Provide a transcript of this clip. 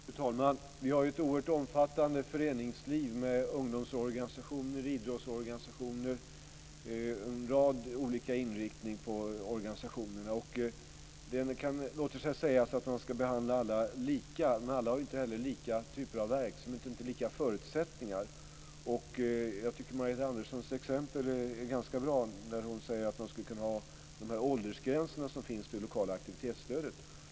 Fru talman! Vi har ett oerhört omfattande föreningsliv med ungdomsorganisationer och idrottsorganisationer med olika inriktningar. Det låter sig sägas att man ska behandla alla lika. Men alla har inte lika typer av verksamhet och inte lika förutsättningar. Jag tycker att Margareta Anderssons exempel är ganska bra. Hon säger att man skulle kunna införa de åldersgränser som finns för det lokala aktivitetsstödet.